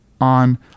on